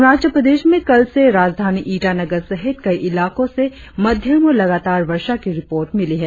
अरुणाचल प्रदेश में कल से राजधानी ईटानगर सहित कई इलाकों से मध्यम और लगातार वर्षा की रिपोर्ट मिली है